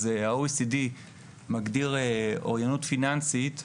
אז ה-OECD מגדיר אוריינות פיננסית,